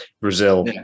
Brazil